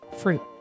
fruit